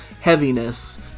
heaviness